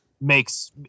makes